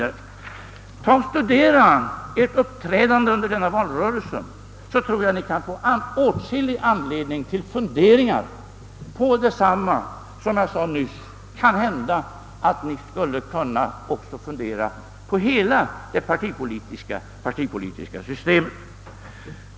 Om ni studerar ert uppträdande under denna valrörelse tror jag att ni kommer att få åtskillig anledning till funderingar med avseende på vad jag nyss berört. Kanhända att ni också skulle kunna fundera på hela det partipolitiska systemet.